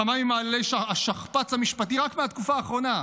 כמה ממעללי השכפ"ץ המשפטי, רק מהתקופה האחרונה,